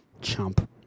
Chump